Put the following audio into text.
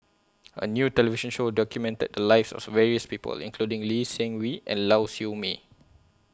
A New television Show documented The Lives of various People including Lee Seng Wee and Lau Siew Mei